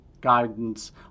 guidance